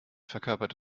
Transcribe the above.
verkörpert